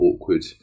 awkward